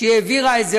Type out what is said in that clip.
שהיא העבירה אותם,